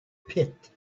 pit